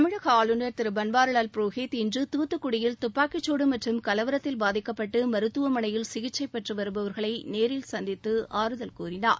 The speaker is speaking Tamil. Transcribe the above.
தமிழக ஆளுநர் திரு பன்வாரிவால் புரோஹித் இன்று துத்துக்குடியில் துப்பாக்கிச் சூடு மற்றும் கலவரத்தில் பாதிக்கப்பட்டு மருத்துவமனையில் சிகிச்சை பெற்று வருபவர்களை நேரில் சந்தித்து ஆறுதல் கூறினார்